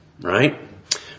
right